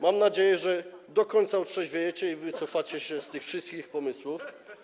Mam nadzieję, że do końca otrzeźwiejecie i wycofacie się z tych wszystkich pomysłów.